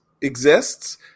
exists